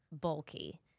bulky